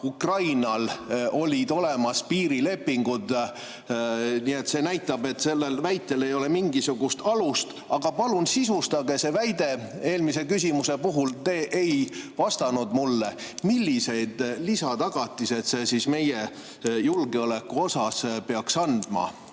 Ukrainal olid olemas piirilepingud. Nii et see näitab, et sellel väitel ei ole mingisugust alust. Aga palun sisustage see väide. Eelmise küsimuse puhul te ei vastanud mulle, millised lisatagatised [see piirileping] meie julgeoleku suhtes peaks andma.